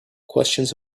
questions